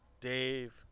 Dave